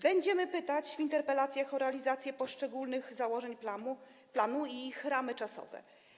Będziemy pytać w interpelacjach o realizację poszczególnych założeń planu i jej ramy czasowe.